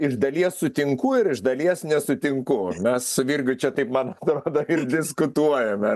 iš dalies sutinku ir iš dalies nesutinku mes su virgiu čia taip man atrodo ir diskutuojame